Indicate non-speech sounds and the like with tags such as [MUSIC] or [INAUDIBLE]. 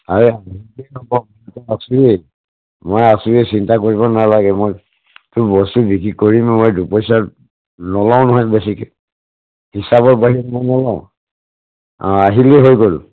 [UNINTELLIGIBLE] আছেই মই আছোঁৱে চিন্তা কৰিব নালাগে মইতো বস্তু বিক্ৰী কৰিম মই দুপইচা নলওঁ নহয় বেছিকৈ হিচাপৰ বাহিৰে মই নলওঁ অঁ আহিলেই হৈ গ'ল